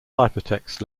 ciphertext